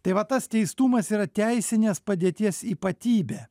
tai va tas teistumas yra teisinės padėties ypatybė